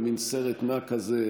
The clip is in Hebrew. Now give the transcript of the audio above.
במין סרט נע כזה,